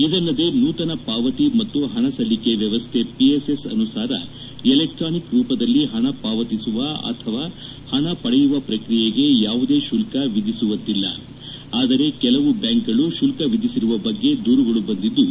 ಇದಲ್ಲದೆ ನೂತನ ಪಾವತಿ ಮತ್ತು ಹಣಸಲ್ಲಿಕೆ ವ್ಯವಸ್ಥೆ ಪಿಎಸ್ಎಸ್ ಅನುಸಾರ ಎಲೆಕ್ಸಾನಿಕ್ ರೂಪದಲ್ಲಿ ಪಣ ಪಾವತಿಸುವ ಅಥವ ಪಣ ಪಡೆಯುವ ಪ್ರಕ್ರಿಯೆಗೆ ಯಾವುದೇ ಶುಲ್ಲ ವಿಧಿಸುವಂತಿಲ್ಲ ಆದರೆ ಕೆಲವು ಬ್ಲಾಂಕ್ಗಳು ಶುಲ್ಲ ವಿಧಿಸಿರುವ ಬಗ್ಗೆ ದೂರುಗಳು ಬಂದಿದ್ಲು